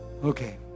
Okay